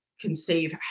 conceive